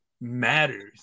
matters